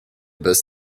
bus